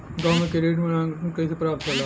गांवों में क्रेडिट मूल्यांकन कैसे प्राप्त होला?